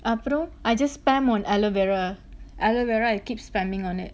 அப்பறம்:apparam I just spam on aloe vera aloe vera I keep spamming on it